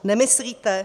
Nemyslíte?